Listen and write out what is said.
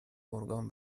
گرگان